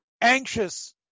anxious